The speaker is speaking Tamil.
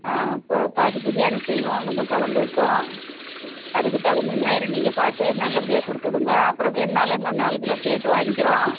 ஆ ப பாதி பிரியாணி செய்வோம் கொஞ்சம் கொழம்பு வைப்போம் அதுக்குத் தகுந்த மாதிரி நீங்கள் பார்த்து நல்லபடியாக கொடுத்து விடுங்க அப்புறம் வேண்ணாலும் இன்னும் நாலு கிலோ கேட்டு வாங்கிக்கிறோம்